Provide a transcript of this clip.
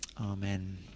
amen